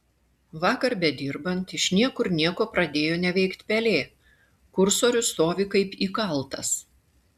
vakar bedirbant iš niekur nieko pradėjo neveikt pelė kursorius stovi kaip įkaltas